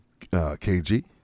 KG